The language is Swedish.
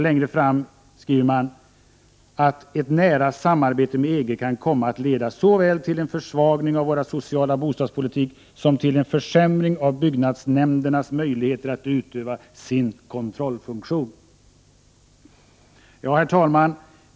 Längre fram i reservationen befarar man att ett nära samarbete med EG kan komma att leda såväl till en försvagning av vår sociala bostadspolitik som till en försämring av byggnadsnämndernas möjligheter att utöva sin kontrollfunktion. Herr talman!